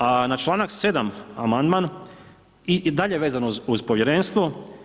A na članak 7. amandman i dalje vezano uz povjerenstvo.